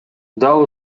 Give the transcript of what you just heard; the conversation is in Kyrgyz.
дал